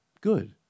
Good